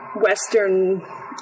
Western